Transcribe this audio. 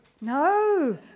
No